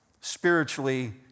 spiritually